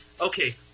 Okay